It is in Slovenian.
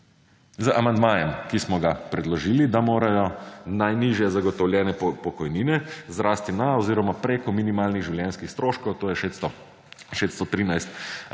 z amandmajem, ki smo ga predložili, da morajo najnižje zagotovljene pokojnine zrasti na oziroma preko minimalnih življenjskih stroškov, to je 613